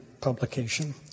publication